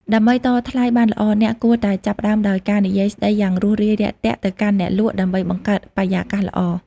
ដើម្បីតថ្លៃបានល្អ អ្នកគួរតែចាប់ផ្តើមដោយការនិយាយស្តីយ៉ាងរួសរាយរាក់ទាក់ទៅកាន់អ្នកលក់ដើម្បីបង្កើតបរិយាកាសល្អ។